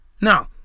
Now